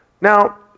Now